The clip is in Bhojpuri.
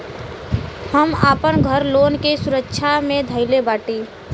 हम आपन घर लोन के सुरक्षा मे धईले बाटी